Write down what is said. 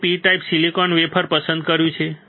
આપણે P type silicon wafer પસંદ કર્યું છે